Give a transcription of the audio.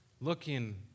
looking